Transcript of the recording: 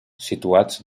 situats